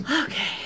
Okay